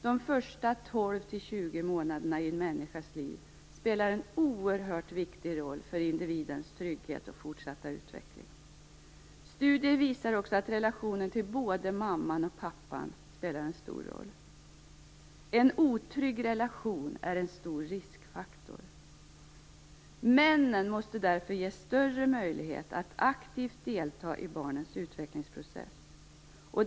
De första 12-20 månaderna i en människas liv spelar en oerhört viktig roll för individens trygghet och fortsatta utveckling. Studier visar också att relationen både till mamman och till pappan spelar en stor roll. En otrygg relation är en stor riskfaktor. Männen måste därför få större möjlighet att aktivt delta i barnens utvecklingsprocess.